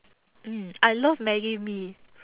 mm I love Maggi mee